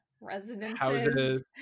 residences